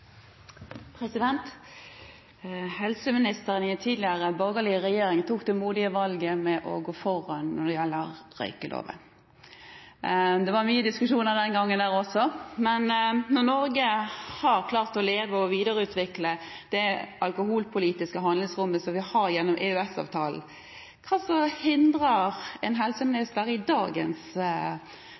replikkordskifte. Helseministeren i en tidligere borgerlig regjering tok det modige valget å gå foran når det gjaldt røykeloven. Det var mye diskusjon den gangen også. Norge har klart å leve med og videreutvikle det alkoholpolitiske handlingsrommet vi har gjennom EØS-avtalen. Hva hindrer helseministeren i dagens